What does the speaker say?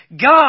God